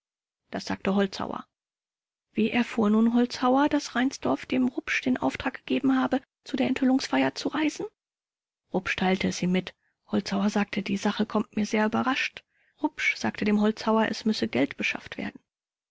das sagte holzhauer vors wie erfuhr nun holzhauer daß reinsdorf dem rupsch den auftrag gegeben habe zu der enthüllungsfeier zu reisen k rupsch teilte es ihm mit holzhauer sagte die sache kommt mir sehr überrascht rupsch sagte dem holzhauer es müsse geld beschafft werden